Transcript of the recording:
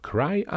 Cry